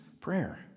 prayer